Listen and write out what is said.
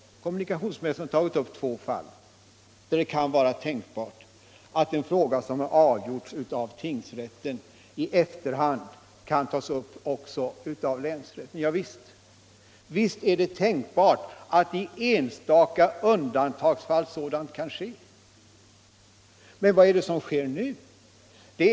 Kommunikationsministern har tagit upp två fall, där det kan vara tänkbart att en fråga som avgjorts av tingsrätten i efterhand också kan tas upp av länsrätten. Ja, visst är det tänkbart att sådant kan ske i enstaka undantagsfall. Men vad är det som äger rum nu?